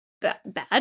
bad